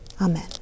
Amen